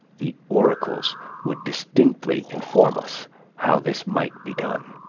the oracles would distinctly inform us how this might be done.